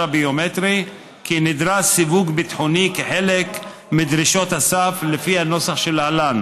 הביומטרי כי נדרש סיווג ביטחוני כחלק מדרישות הסף לפי הנוסח שלהלן: